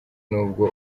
n’ubwo